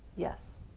yes,